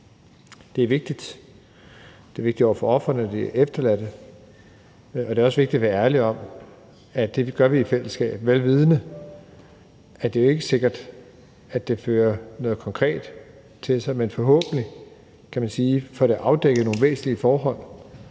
Det er vigtigt. Det er vigtigt over for ofrene og for de efterladte. Det er også vigtigt at være ærlig om, at vi gør det i fællesskab, vel vidende at det ikke er sikkert, at det fører noget konkret med sig. Men forhåbentlig, kan man sige, får det afdækket nogle væsentlige forhold,